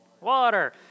water